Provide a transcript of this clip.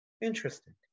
Interesting